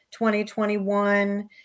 2021